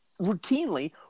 routinely